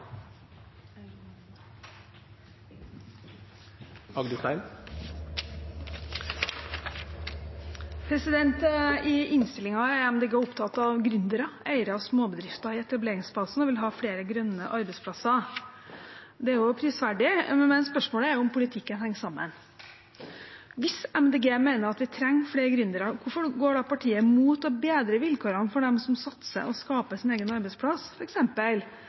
opptatt av gründere, eiere av småbedrifter i etableringsfasen, og vil ha flere grønne arbeidsplasser. Det er prisverdig, men spørsmålet er om politikken henger sammen. Hvis Miljøpartiet De Grønne mener vi trenger flere gründere, hvorfor går partiet mot å bedre vilkårene for dem som satser på å skape sin egen arbeidsplass?